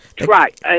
Right